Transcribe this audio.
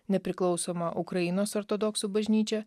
nepriklausoma ukrainos ortodoksų bažnyčia